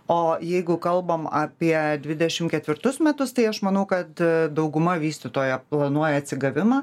o jeigu kalbam apie dvidešimt ketvirtus metus tai aš manau kad dauguma vystytojų planuoja atsigavimą